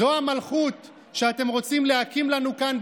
זו המלכות שאתם רוצים להקים לנו כאן,